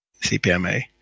CPMA